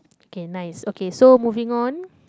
okay nice okay so moving on